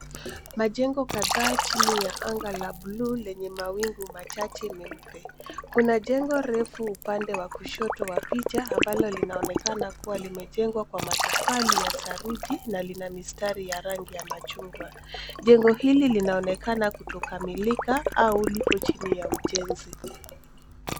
Majengo kadhaa chini ya anga la bluu lenye mawingu machache meupe. Kuna jengo refu upande wa kushoto wa picha ambalo linaonekana kuwa limejengwa kwa matofali ya saruji na lina mistari ya rangi ya machungwa. Jengo hili linaonekana kutokamilika au lipo chini ya ujenzi.